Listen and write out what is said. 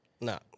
No